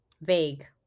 Vague